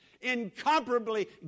Incomparably